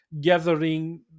gathering